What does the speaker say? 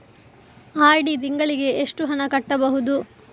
RD ತಿಂಗಳಿಗೆ ಎಷ್ಟು ಹಣ ಕಟ್ಟಬಹುದು?